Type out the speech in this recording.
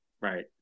Right